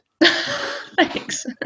thanks